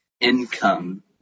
Income